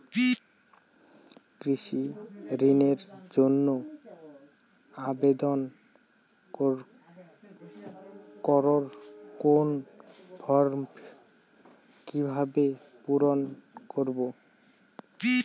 কৃষি ঋণের জন্য আবেদন করব কোন ফর্ম কিভাবে পূরণ করব?